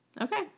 Okay